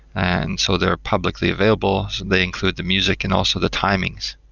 and so they're publicly available. so they include the music and also the timings.